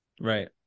Right